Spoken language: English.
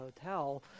hotel